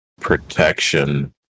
protection